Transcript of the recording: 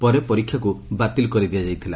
ପରେ ପରୀକ୍ଷାକୁ ବାତିଲ କରି ଦିଆଯାଇଥିଲା